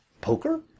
Poker